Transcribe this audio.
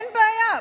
אין בעיה,